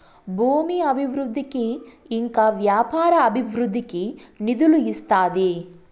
భూమి అభివృద్ధికి ఇంకా వ్యాపార అభివృద్ధికి నిధులు ఇస్తాది